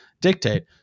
dictate